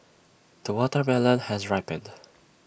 the watermelon has ripened